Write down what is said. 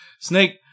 Snake